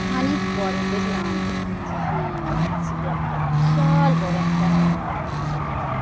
খানিক পরে দেখলাম যে হ্যাঁ আমার ছিপে একটা বিশাল বড় একটা মাছ উঠেছে